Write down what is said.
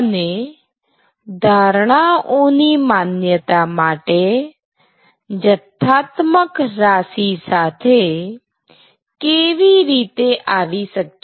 અને ધારણાઓ ની માન્યતા માટે જથ્થાત્મક રાશિ સાથે કેવી રીતે આવી શકીએ